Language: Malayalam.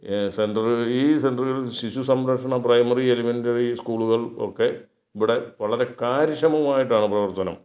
സെൻ്റർ ഈ സെൻ്റർ ശിശു സംരക്ഷണ പ്രൈമറി എലിമെൻറ്ററി സ്കൂളുകൾ ഒക്കെ ഇവിടെ വളരെ കാര്യക്ഷമമായിട്ടാണ് പ്രവർത്തനം